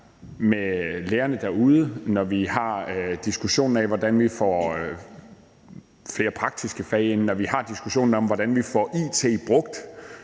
med lærerne derude, når vi har diskussionen af, hvordan vi får flere praktiske fag, når vi har diskussionen om, hvordan vi får it brugt